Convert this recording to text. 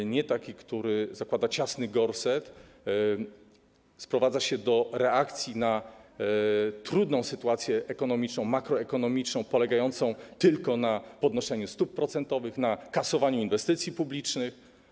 To nie jest dokument, który zakłada ciasny gorset, sprowadza się do reakcji na trudną sytuację ekonomiczną, makroekonomiczną polegającej tylko na podnoszeniu stóp procentowych, na kasowaniu inwestycji publicznych.